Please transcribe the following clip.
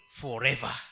forever